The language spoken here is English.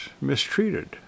mistreated